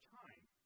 time